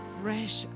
fresh